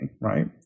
right